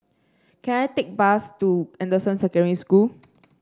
can I take a bus to Anderson Secondary School